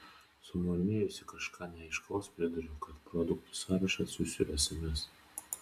sumurmėjusi kažką neaiškaus priduriu kad produktų sąrašą atsiųsiu sms